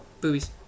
Boobies